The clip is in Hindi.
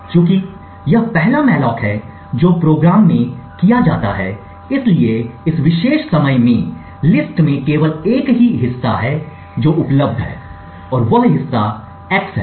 चूँकि यह पहला मॉलोक है जो कार्यक्रम में किया जाता है इसलिए इस विशेष समय में लिस्ट में केवल एक ही हिस्सा है जो उपलब्ध है और वह हिस्सा x है